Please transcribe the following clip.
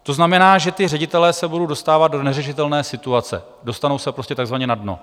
To znamená, že ti ředitelé se budou dostávat do neřešitelné situace, dostanou se prostě takzvaně na dno.